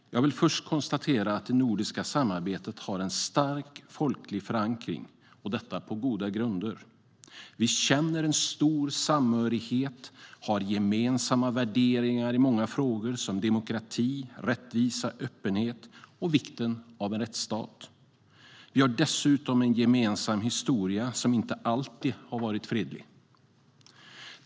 Jag vill först konstatera att det nordiska samarbetet har en stark folklig förankring, och detta på goda grunder. Vi känner stor samhörighet och har gemensamma värderingar i många frågor som demokrati, rättvisa, öppenhet och vikten av en rättsstat. Vi har också en gemensam historia som inte alltid har varit fredlig.